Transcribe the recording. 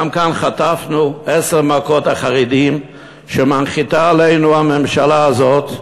גם כאן חטפנו עשר מכות לחרדים שמנחיתה עלינו הממשלה הזאת,